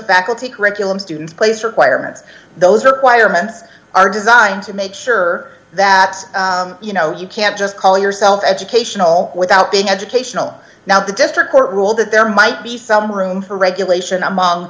faculty curriculum students place requirements those are choir hands are designed to make sure that you know you can't just call yourself educational without being educational now the district court ruled that there might be some room for regulation among